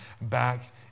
back